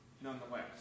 nonetheless